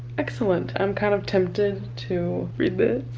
excellent. i'm kind of tempted to read this.